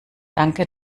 danke